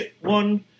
one